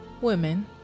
women